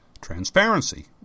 Transparency